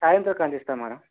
సాయంత్రంకంతా ఇస్తా మ్యాడమ్